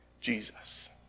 Jesus